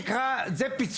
זה נקרא פיצוי?